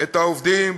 את העובדים,